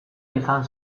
izan